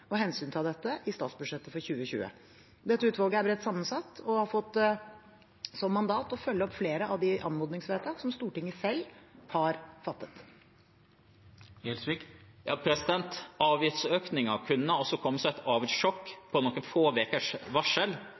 dette i statsbudsjettet for 2020. Dette utvalget er bredt sammensatt og har fått som mandat å følge opp flere av de anmodningsvedtak som Stortinget selv har fattet. Avgiftsøkningen kunne altså komme som et avgiftssjokk med noen få ukers varsel,